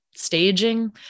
staging